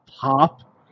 pop